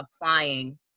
applying